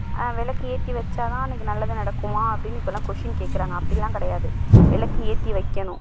வெளக்கேற்றி வைச்சாதான் அன்னைக்கு நல்லது நடக்குமா அப்படினு இப்போலாம் கொஷின் கேக்கிறாங்க அப்படிலாம் கிடையாது விளக்கு ஏற்றி வைக்கணும்